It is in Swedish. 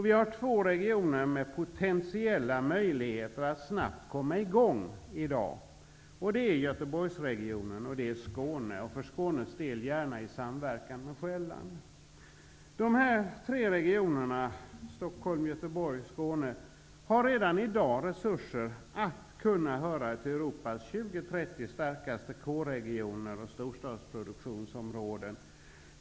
Vi har två regioner med potentiella möjligheter att i dag snabbt komma i gång, nämligen Göteborgsregionen och Skåne, för Skånes del gärna i samverkan med Sjaelland. De här tre regionerna, Stockholm, Göteborg och Skåne, har redan i dag resurser att kunna höra till de 20--30 starkaste K-regionerna och storstadsproduktionsområdena i Europa.